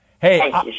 Hey